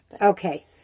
Okay